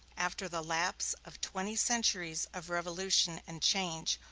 after the lapse of twenty centuries of revolution and change,